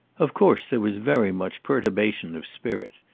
of course there was very much perturbation of spirit.